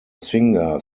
singer